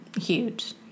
huge